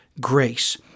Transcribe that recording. grace